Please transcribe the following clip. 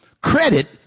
credit